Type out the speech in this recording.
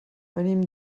venim